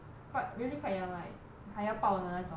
but really quite young like 还要抱的那种 hor